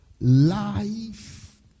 life